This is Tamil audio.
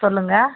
சொல்லுங்கள்